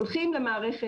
הולכים למערכת,